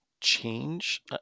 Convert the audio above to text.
change